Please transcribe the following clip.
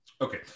Okay